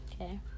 okay